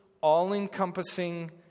all-encompassing